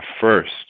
first